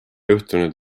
juhtunud